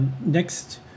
Next